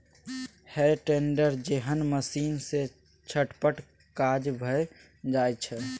हे टेडर जेहन मशीन सँ चटपट काज भए जाइत छै